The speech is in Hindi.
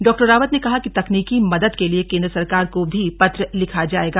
डॉ रावत ने कहा कि तकनीकी मदद के लिए केंद्र सरकार को भी पत्र लिखा जायेगा